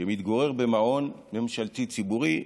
שמתגורר במעון ממשלתי ציבורי.